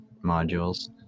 modules